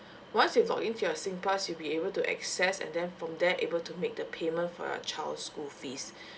once you've logged in to your singpass you'll be able to access and then from there able to make the payment for your child's school fees